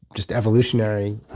just evolutionary.